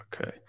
Okay